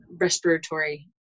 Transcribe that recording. respiratory